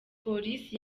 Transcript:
police